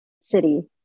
City